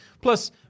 Plus